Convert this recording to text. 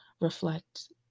reflect